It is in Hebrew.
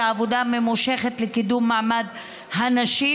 ועבודה הממושכת לקידום מעמד הנשים,